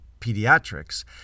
pediatrics